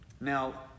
Now